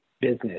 business